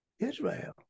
Israel